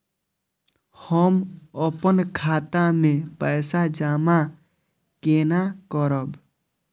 हम अपन खाता मे पैसा जमा केना करब?